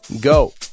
Go